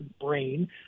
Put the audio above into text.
brain